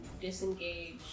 disengage